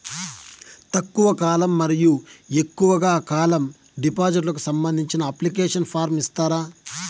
తక్కువ కాలం మరియు ఎక్కువగా కాలం డిపాజిట్లు కు సంబంధించిన అప్లికేషన్ ఫార్మ్ ఇస్తారా?